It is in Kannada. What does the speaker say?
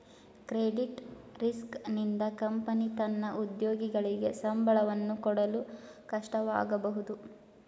ಕ್ರೆಡಿಟ್ ರಿಸ್ಕ್ ನಿಂದ ಕಂಪನಿ ತನ್ನ ಉದ್ಯೋಗಿಗಳಿಗೆ ಸಂಬಳವನ್ನು ಕೊಡಲು ಕಷ್ಟವಾಗಬಹುದು